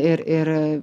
ir ir